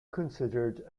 considered